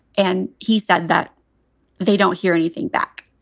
and he said that they don't hear anything back.